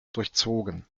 durchzogen